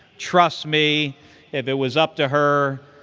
trust me, if it was up to her,